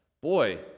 boy